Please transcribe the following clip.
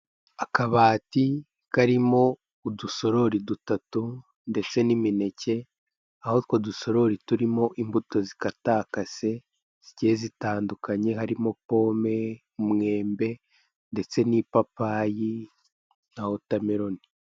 Akabati karimo udusorori dutatu ndetse n'imineke, aho utwo dusorori turimo imbuto zikatakase zigiye zitandukanye. Harimo pome, umwembe ndetse n'ipapayi na wota meroni.